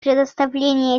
предоставлении